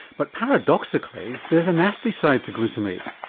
but paradoxically there's a nasty side to glutamate.